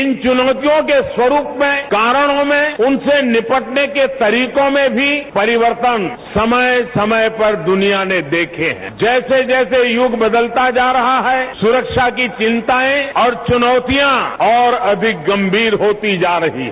इन चुनौतियों के स्वरूप में कारणों में उनसे निपटने के तरीकों में भी परिवर्तन समय समय पर दुनिया ने देखे हैं जैसे जैसे युग बदलता जा रहा है सुरक्षा की चिंताएं और चुनौतियां और अधिक गंभीर होती जा रही हैं